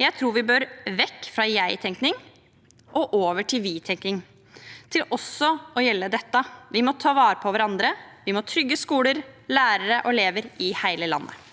Jeg tror vi bør vekk fra jeg-tenking og over til vi-tenking, slik at det også gjelder dette. Vi må ta vare på hverandre. Vi må trygge skoler, lærere og elever i hele landet.